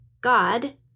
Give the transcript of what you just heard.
God